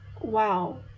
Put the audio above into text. wow